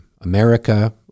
America